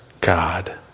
God